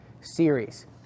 series